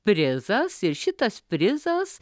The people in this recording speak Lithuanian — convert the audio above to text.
prizas ir šitas prizas